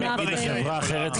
בניגוד לחברה אחרת,